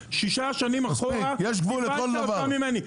מעודכנים שש שנים, אחורה קיבלת אותם ממני.